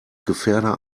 gefährder